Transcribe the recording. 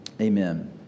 Amen